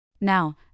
Now